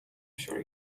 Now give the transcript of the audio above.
sure